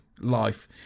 life